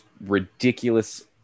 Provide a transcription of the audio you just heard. ridiculous